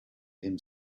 him